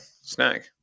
snag